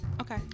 Okay